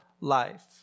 life